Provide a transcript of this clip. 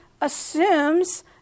assumes